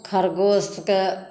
खरगोश के